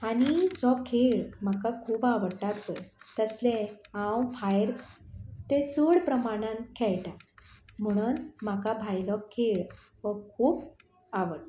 आनी जो खेळ म्हाका खूब आवडटा पय तसले हांव भायर ते चड प्रमाणांत खेळटा म्हणोन म्हाका भायलो खेळ हो खूब आवडटा